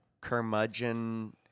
curmudgeon